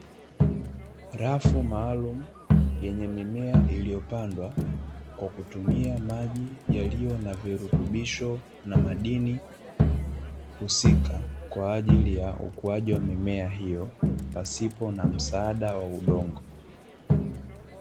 Rafu maalumu yenye mimea iliyopandwa kwa kutumia maji yaliyo na virutubisho na madini husika, kwa ajili ya ukuaji wa mimea hiyo pasipo na msaaa wa udongo.